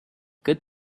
good